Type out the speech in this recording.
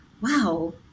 wow